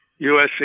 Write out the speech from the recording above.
USC